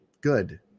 good